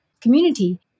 community